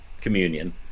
communion